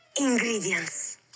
Ingredients